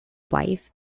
wife